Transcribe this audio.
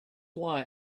why